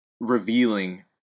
revealing